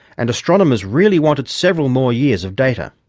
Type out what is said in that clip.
and astronomers really wanted several more years of data.